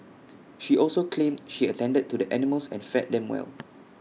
she also claimed she attended to the animals and fed them well